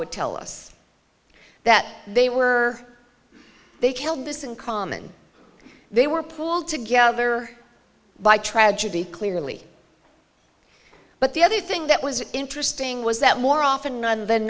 would tell us that they were they killed this in common they were pulled together by tragedy clearly but the other thing that was interesting was that more often than